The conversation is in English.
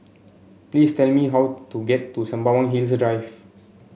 please tell me how to get to Sembawang Hills Drive